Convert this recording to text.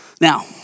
Now